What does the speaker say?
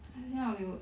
还要有